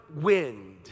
wind